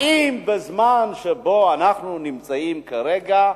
האם בזמן הזה, שבו אנחנו נמצאים כרגע,